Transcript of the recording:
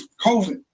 COVID